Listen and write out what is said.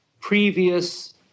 previous